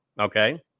okay